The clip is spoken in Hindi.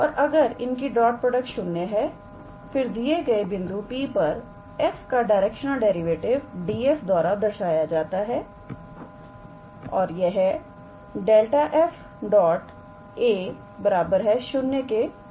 और अगर इनकी डॉट प्रोडक्ट 0 है फिर दिए गए बिंदु P पर f का डायरेक्शनल डेरिवेटिव Df द्वारा दर्शाया जाता है और यह ∇⃗ 𝑓 𝑎̂ 0 के बराबर है